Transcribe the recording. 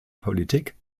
politik